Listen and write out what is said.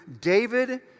David